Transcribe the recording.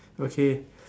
okay